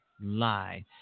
lie